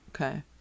Okay